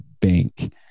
Bank